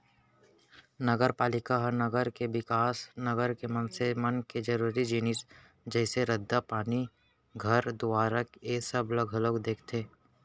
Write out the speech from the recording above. नगरपालिका ह नगर के बिकास, नगर के मनसे मन के जरुरी जिनिस जइसे रद्दा, पानी, घर दुवारा ऐ सब ला घलौ देखथे